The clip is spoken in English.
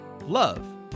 love